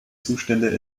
zustände